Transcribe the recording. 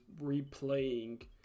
replaying